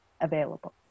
available